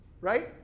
Right